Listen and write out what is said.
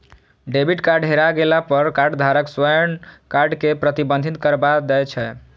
debit card हेरा गेला पर कार्डधारक स्वयं कार्ड कें प्रतिबंधित करबा दै छै